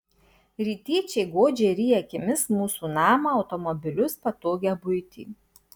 rytiečiai godžiai ryja akimis mūsų namą automobilius patogią buitį